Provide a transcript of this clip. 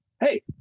Hey